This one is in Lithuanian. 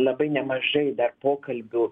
labai nemažai dar pokalbių